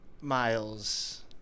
Miles